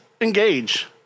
engage